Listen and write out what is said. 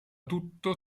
tutto